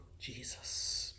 Jesus